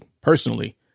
personally